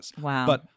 Wow